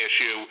issue